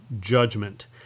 Judgment